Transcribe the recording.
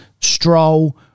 Stroll